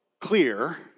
clear